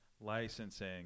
licensing